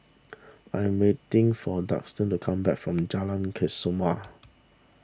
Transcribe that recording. I am waiting for Daulton to come back from Jalan Kesoma